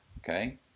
Okay